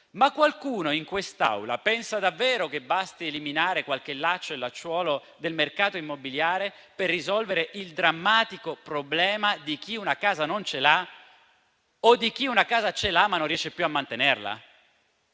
Ma qualcuno in quest'Aula pensa davvero che basti eliminare qualche laccio e lacciuolo del mercato immobiliare per risolvere il drammatico problema di chi una casa non ce l'ha o di chi una casa ce l'ha, ma non riesce più a mantenerla?